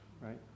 right